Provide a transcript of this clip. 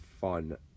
fun